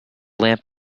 lamp